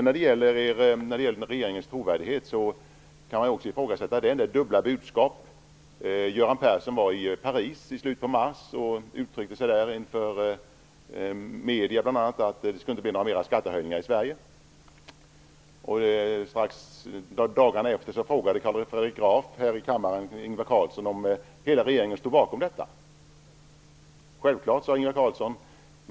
När det gäller regeringens trovärdighet kan man ifrågasätta de dubbla budskapen. Göran Persson var ju i Paris i slutet av mars och uttryckte där bl.a. inför medierna att det inte skulle bli några fler skattehöjningar i Sverige. Men dagarna efter frågade Carl Fredrik Graf här i kammaren Ingvar Carlsson om hela regeringen stod bakom det. Självklart, sade Ingvar Carlsson.